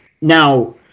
Now